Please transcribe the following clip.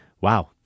wow